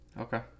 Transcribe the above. Okay